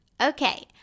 Okay